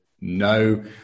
no